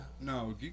no